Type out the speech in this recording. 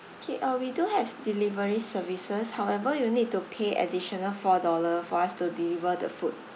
K uh we do have delivery services however you need to pay additional four dollar for us to deliver the food